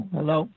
Hello